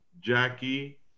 Jackie